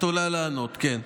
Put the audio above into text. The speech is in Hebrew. את עולה לענות, כן.